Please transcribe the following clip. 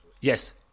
yes